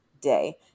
day